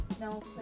no